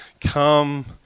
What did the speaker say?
come